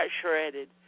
shredded